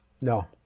No